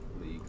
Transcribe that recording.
League